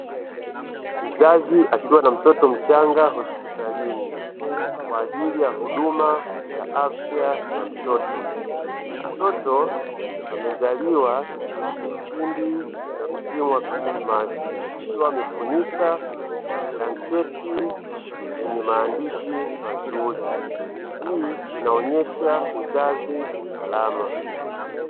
Mzazi akiwa na mtoto mchanga hospitalini kwa ajili ya huduma ya afya ya mtoto. Mtoto amezaliwa kipindi cha msimu wa krismasi akiwa amefunikwa blanketi kwenye maandishi mazuri. Hii inaonyesha uzazi salama.